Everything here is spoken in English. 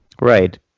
Right